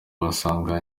basanga